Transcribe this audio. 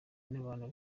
n’abantu